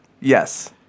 Yes